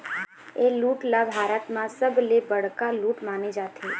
ए लूट ल भारत म सबले बड़का लूट माने जाथे